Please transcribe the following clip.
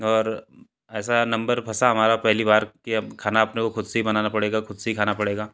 और ऐसा नम्बर फँसा हमारा पहली बार कि अब खाना अपने को ख़ुद से ही बनाना पड़ेगा ख़ुद से ही खाना पड़ेगा